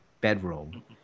bedroom